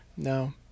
No